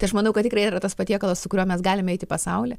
tai aš manau kad tikrai yra tas patiekalas su kuriuo mes galime eit į pasaulį